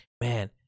man